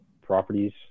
properties